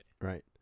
right